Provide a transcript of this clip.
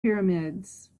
pyramids